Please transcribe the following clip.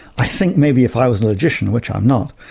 i think maybe if i was a logician, which i'm not,